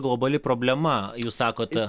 globali problema jūs sakot